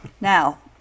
Now